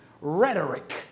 rhetoric